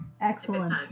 Excellent